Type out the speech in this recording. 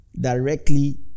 directly